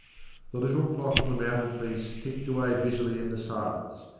the little clock on the mantelpiece ticked away busily in the silence,